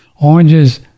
oranges